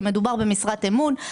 כשמדובר במשרת אמון,